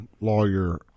lawyer